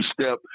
step